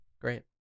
great